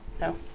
No